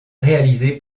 réalisé